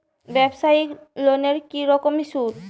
ব্যবসায়িক লোনে কি রকম সুদ?